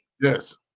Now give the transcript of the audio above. Yes